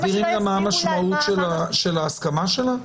שמסבירים לה מה המשמעות של ההסכמה שלה?